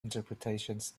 interpretations